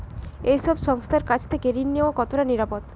এই সব সংস্থার কাছ থেকে ঋণ নেওয়া কতটা নিরাপদ?